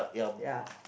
ya